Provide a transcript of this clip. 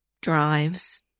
drives